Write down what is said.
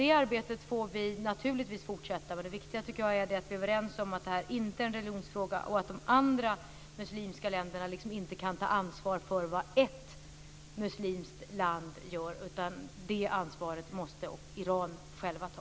Det arbetet får vi naturligtvis fortsätta med. Det viktiga är att vi är överens om att det inte är en religionsfråga och att de andra muslimska länderna inte kan ta ansvar för vad ett muslimskt land gör, utan det ansvaret måste Iran självt ta.